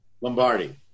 Lombardi